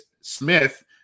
Smith